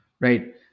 Right